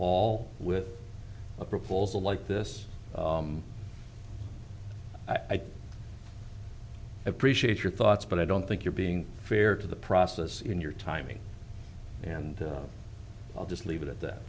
all with a proposal like this i think i appreciate your thoughts but i don't think you're being fair to the process in your timing and i'll just leave it at that